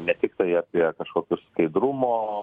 ne tiktai apie kažkokius skaidrumo